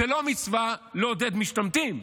זו לא מצווה לעודד משתמטים.